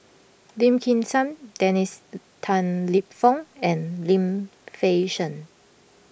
Lim Kim San Dennis Tan Lip Fong and Lim Fei Shen